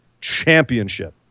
championship